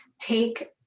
take